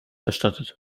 erstattet